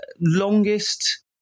longest –